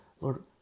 Lord